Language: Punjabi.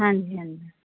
ਹਾਂਜੀ ਹਾਂਜੀ